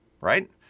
Right